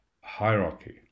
hierarchy